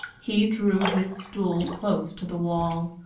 he drew his stool close to the wall,